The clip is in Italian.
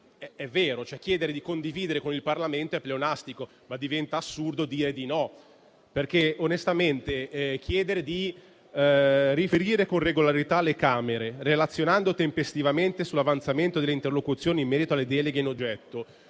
è vero, chiedere di condividere con il Parlamento è pleonastico, ma diventa assurdo dire di no, perché onestamente chiedere di riferire con regolarità alle Camere, relazionando tempestivamente sull'avanzamento delle interlocuzioni in merito alle deleghe in oggetto,